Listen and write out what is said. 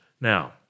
Now